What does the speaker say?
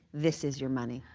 this is your money.